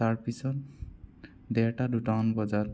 তাৰপিছত দেৰটা দুটামান বজাত